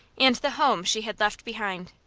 and the home she had left behind.